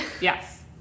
Yes